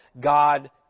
God